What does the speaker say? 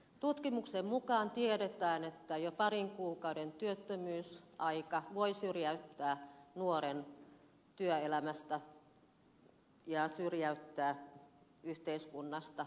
tutkimuksen mukaan tiedetään että jo parin kuukauden työttömyysaika voi syrjäyttää nuoren työelämästä ja syrjäyttää yhteiskunnasta pysyvästi